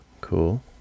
Cool